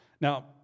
Now